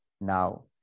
Now